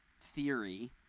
theory